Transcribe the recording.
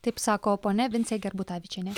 taip sako ponia vincė gerbutavičienė